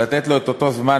לתת לו את אותו זמן,